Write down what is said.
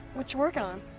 what you working on?